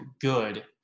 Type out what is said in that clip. good